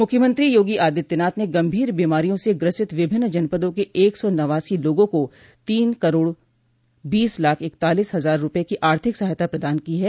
मुख्यमत्री योगी आदित्यनाथ ने गंभीर बीमारियों से ग्रसित विभिन्न जनपदों के एक सौ नवासी लोगों को तोन करोड़ बीस लाख इकतालीस हजार रूपये की आर्थिक सहायता प्रदान की है